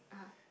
(uh huh)